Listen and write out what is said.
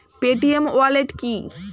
Paytm wallet কি?